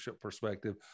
perspective